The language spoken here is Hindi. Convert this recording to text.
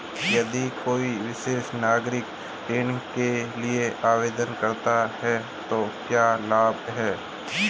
यदि कोई वरिष्ठ नागरिक ऋण के लिए आवेदन करता है तो क्या लाभ हैं?